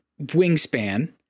wingspan